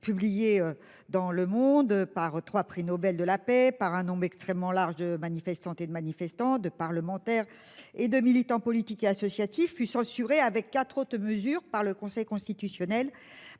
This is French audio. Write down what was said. publiée dans Le Monde par 3 prix Nobel de la paix par un homme extrêmement large de manifestantes et de manifestants de parlementaires. Et de militants politiques et associatifs fut censurée avec 4 autres mesures par le Conseil constitutionnel,